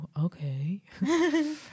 okay